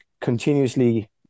continuously